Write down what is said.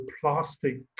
plastic